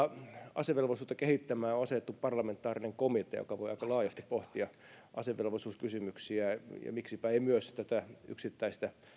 asevelvollisuutta kehittämään on asetettu parlamentaarinen komitea joka voi aika laajasti pohtia asevelvollisuuskysymyksiä ja miksipä ei myös tätä yksittäistä